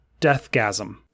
Deathgasm